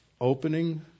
opening